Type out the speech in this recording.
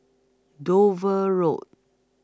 Dover Road